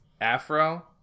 Afro